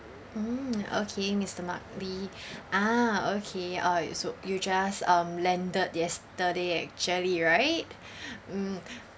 mm okay mister mark lee ah okay oh so you just um landed yesterday actually right mm